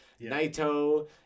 Naito